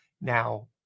Now